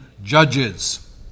Judges